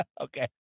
Okay